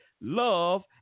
love